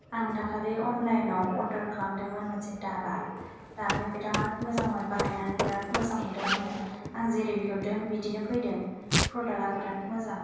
आं दाखालि अनलाइनाव अर्डार खालामदोंमोन मोनसे दाबा दाबाया बेराद मोजांमोन बाहायनानै बिराद मोजां मोनदों आङो आं जेरै बिहरदों बिदिनो फैदों प्रडाक्ट बिराद मोजां